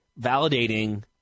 validating